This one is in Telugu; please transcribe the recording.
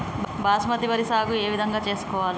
బాస్మతి వరి సాగు ఏ విధంగా చేసుకోవాలి?